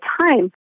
time